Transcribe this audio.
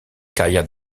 carrière